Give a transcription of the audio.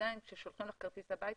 עדיין כששולחים לך כרטיס הביתה,